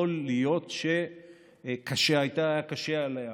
יכול להיות שהייתה קשה עליה